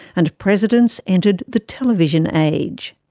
and presidents entered the television age.